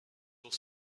sont